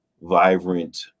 vibrant